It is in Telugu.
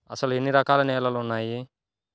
అసలు ఎన్ని రకాల నేలలు వున్నాయి?